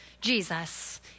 Jesus